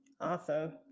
Awesome